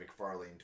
McFarlane